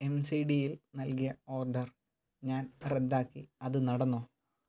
M C ഡിയിൽ നൽകിയ order ഞാൻ റദ്ദാക്കി അത് നടന്നോ